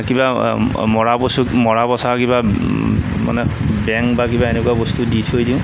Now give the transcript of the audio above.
কিবা মৰা বস্তু মৰা পঁচা কিবা মানে বেং বা কিবা এনেকুৱা বস্তু দি থৈ দিওঁ